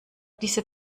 diese